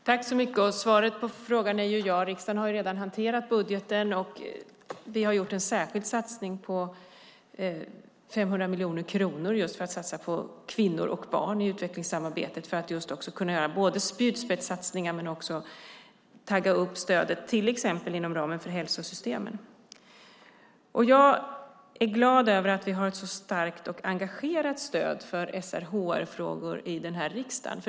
Herr talman! Svaret på frågan är ja. Riksdagen har redan hanterat budgeten. Vi har gjort en särskild satsning på 500 miljoner kronor på kvinnor och barn i utvecklingssamarbetet. Det handlar om att göra både spjutspetssatsningar och tagga upp stödet till exempel inom ramen för hälsosystemen. Jag är glad för att vi har ett så starkt och engagerat stöd för SRHR-frågor i riksdagen.